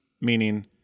meaning